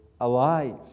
alive